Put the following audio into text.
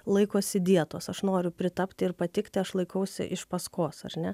laikosi dietos aš noriu pritapti ir patikti aš laikausi iš paskos ar ne